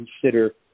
consider